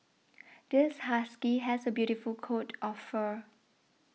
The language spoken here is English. this husky has a beautiful coat of fur